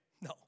No